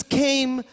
came